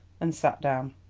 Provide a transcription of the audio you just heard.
and sat down.